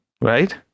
Right